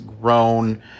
grown